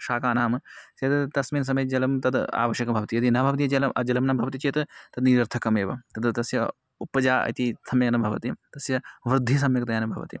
शाकानां तस्मिन् समये जलं तद् आवश्यकं भवति यदि न भवति जलं जलं न भवति चेत् तद् निरर्थकमेव तद् तस्य उपजा इति समये न भवति तस्य वर्धनं सम्यक्तया न भवति